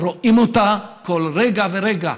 רואים אותה כל רגע ורגע.